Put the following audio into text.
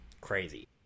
crazy